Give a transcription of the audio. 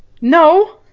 No